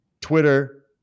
Twitter